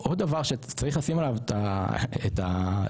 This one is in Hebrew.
לא,